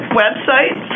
website